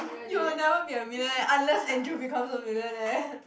you'll never be a millionaire unless Andrew becomes a millionaire